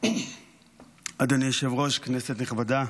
אדוני היושב-ראש, כנסת נכבדה,